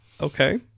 Okay